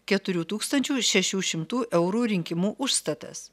keturių tūkstančių šešių šimtų eurų rinkimų užstatas